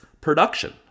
production